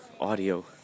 audio